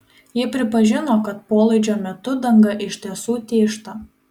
ji pripažino kad polaidžio metu danga iš tiesų tyžta